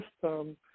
system